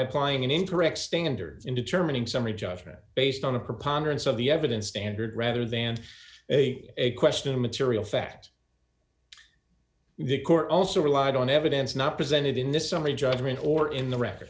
applying an incorrect standard in determining summary judgment based on a preponderance of the evidence standard rather than a question of material fact the court also relied on evidence not presented in this summary judgment or in the record